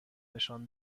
نشان